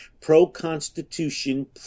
pro-constitution